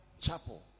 Chapel